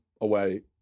away